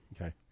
Okay